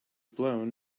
blown